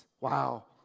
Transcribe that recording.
Wow